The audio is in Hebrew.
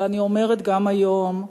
ואני אומרת גם היום,